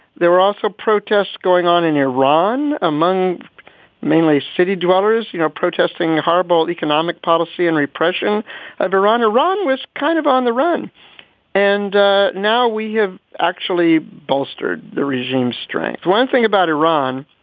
there were also protests going on in iran among mainly city dwellers, you know, protesting horrible economic policy and repression of iran. iran was kind of on the run and now we have actually bolstered the regime's strength. one thing about iran.